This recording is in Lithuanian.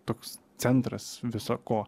toks centras viso ko